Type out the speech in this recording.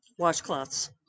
washcloths